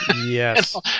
Yes